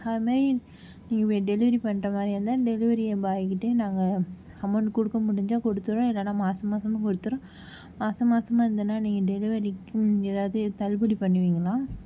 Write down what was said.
அதுமேரி இனிமேல் டெலிவரி பண்ணுற பாய் வந்தால் டெலிவரி பாய் கிட்டியும் நாங்கள் அமௌண்ட் கொடுக்க முடிஞ்சால் கொடுத்துர்றோம் இல்லைனா மாதம் மாதமே கொடுத்துர்றோம் மாதம் மாதமா இருந்ததுன்னா நீங்கள் டெலிவரிக்குன்னு ஏதாவது தள்ளுபடி பண்ணுவீங்களா